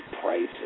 prices